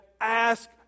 ask